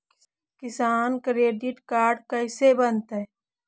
किसान credit card कैसे बनतै?